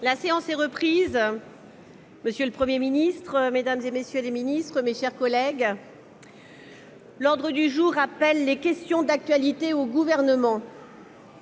La séance est reprise. Monsieur le Premier ministre, mesdames, messieurs les ministres, mes chers collègues, l'ordre du jour appelle les réponses à des questions d'actualité au Gouvernement.